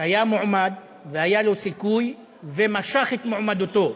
שהיה מועמד, והיה לו סיכוי, ומשך את מועמדותו.